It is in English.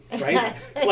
right